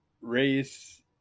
race